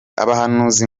abahanuzi